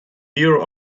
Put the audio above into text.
here